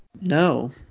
No